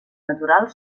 natural